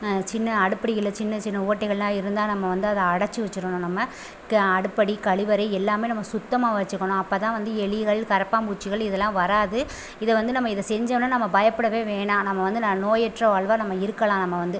சின்ன அடுப்படிகளில் சின்ன சின்ன ஓட்டைகளெலாம் இருந்தால் நம்ம வந்து அத அடைத்து வச்சுடணும் நம்ம அடுப்படி கழிவறை எல்லாமே நம்ம சுத்தமாக வச்சுக்கணும் அப்பத்தான் வந்து எலிகள் கரப்பான் பூச்சிகள் இதெலாம் வராது இதை வந்து நம்ப இதை செஞ்சோம்னால் நம்ம பயப்படவே வேணாம் நம்ம வந்து நோயற்ற வாழ்வாக நம்ம இருக்கலாம் நம்ம வந்து